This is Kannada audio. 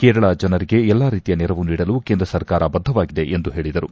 ಕೇರಳ ಜನರಿಗೆ ಎಲ್ಲಾ ರೀತಿಯ ನೆರವು ನೀಡಲು ಕೇಂದ್ರ ಸರ್ಕಾರ ಬದ್ದವಾಗಿದೆ ಎಂದು ಹೇಳಿದರು